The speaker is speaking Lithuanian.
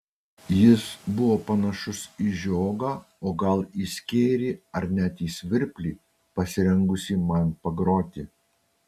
jis buvo panašus į žiogą o gal į skėrį ar net į svirplį pasirengusį man pagroti